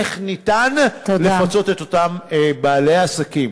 איך ניתן לפצות את אותם בעלי עסקים.